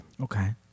Okay